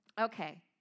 Okay